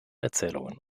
erzählungen